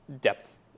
depth